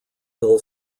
hill